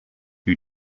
who